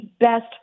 best